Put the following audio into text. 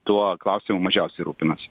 tuo klausimu mažiausiai rūpinosi